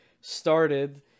started